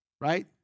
right